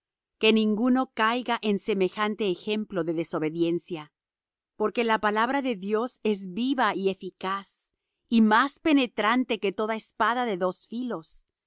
que ninguno caiga en semejante ejemplo de desobediencia porque la palabra de dios es viva y eficaz y más penetrante que toda espada de dos filos